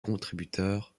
contributeurs